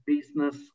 business